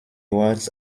awards